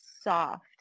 soft